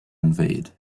invade